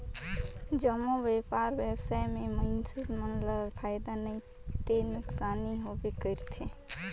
जम्मो बयपार बेवसाय में मइनसे मन ल फायदा नइ ते नुकसानी होबे करथे